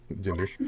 gender